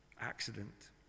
accident